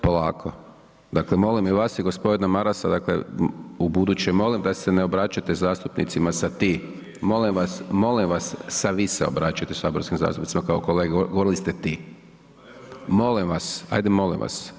Polako, dakle molim i vas i gospodina Marasa dakle ubuduće molim da se ne obraćate zastupnicima sa „ti“ molim vas, molim vas sa „vi“ se obraćate saborskim zastupnicima kao kolege, govorili ste „ti“, molim vas, ajde molim vas.